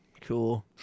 Cool